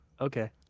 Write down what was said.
Okay